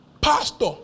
Pastor